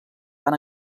van